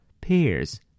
Pears